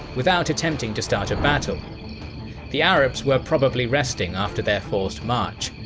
without attempting to start a battle the arabs were probably resting after their forced march,